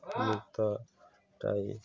মুক্তাটা এই